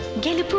ganga